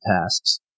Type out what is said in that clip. tasks